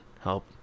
Help